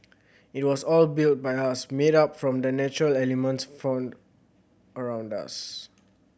it was all built by us made up from the natural elements found around us